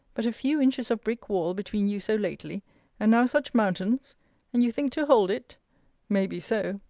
but a few inches of brick wall between you so lately and now such mountains and you think to hold it may be so!